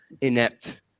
inept